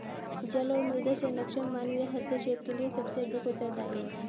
जल और मृदा संरक्षण मानवीय हस्तक्षेप के लिए सबसे अधिक उत्तरदायी हैं